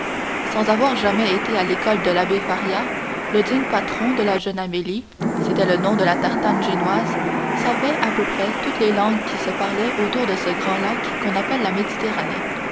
sans avoir jamais été à l'école de l'abbé faria le digne patron de la jeune amélie c'était le nom de la tartane génoise savait à peu près toutes les langues qui se parlent autour de ce grand lac qu'on appelle la méditerranée